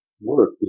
work